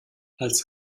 als